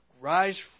rise